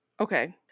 okay